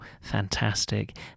Fantastic